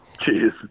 Cheers